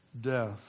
death